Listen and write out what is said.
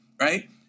right